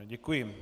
Děkuji.